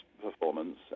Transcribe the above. performance